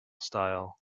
style